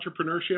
entrepreneurship